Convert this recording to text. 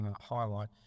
highlight